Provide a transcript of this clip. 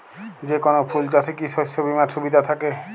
যেকোন ফুল চাষে কি শস্য বিমার সুবিধা থাকে?